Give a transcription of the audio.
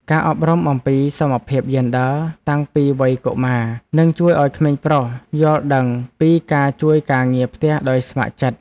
ការអប់រំអំពីសមភាពយេនឌ័រតាំងពីវ័យកុមារនឹងជួយឱ្យក្មេងប្រុសយល់ដឹងពីការជួយការងារផ្ទះដោយស្ម័គ្រចិត្ត។